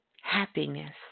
Happiness